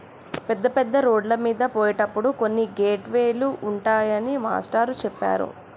పెద్ద పెద్ద రోడ్లమీద పోయేటప్పుడు కొన్ని గేట్ వే లు ఉంటాయని మాస్టారు చెప్పారు